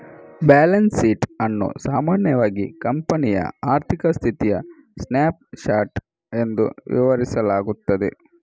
balance sheet ಅನ್ನು ಸಾಮಾನ್ಯವಾಗಿ ಕಂಪನಿಯ ಆರ್ಥಿಕ ಸ್ಥಿತಿಯ ಸ್ನ್ಯಾಪ್ ಶಾಟ್ ಎಂದು ವಿವರಿಸಲಾಗುತ್ತದೆ